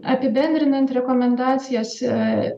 apibendrinant rekomendacijas